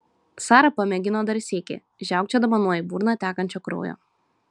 sara pamėgino dar sykį žiaukčiodama nuo į burną tekančio kraujo